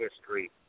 history